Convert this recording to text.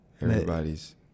Everybody's